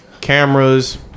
cameras